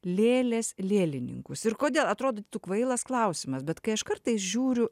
lėlės lėlininkus ir kodėl atrodytų kvailas klausimas bet kai aš kartais žiūriu